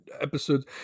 episodes